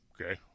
Okay